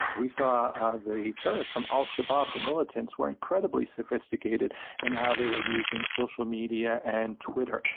we saw the terrorists from al-shabaab, the militants were incredibly sophisticated in how they were using social media and twitter.